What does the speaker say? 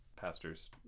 pastors